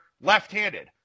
left-handed